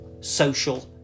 social